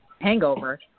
hangover